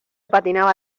patinaba